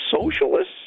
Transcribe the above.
socialists